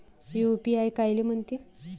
UPI कायले म्हनते?